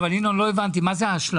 לא הבנתי מה זה ההשלמה.